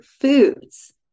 foods